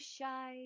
shy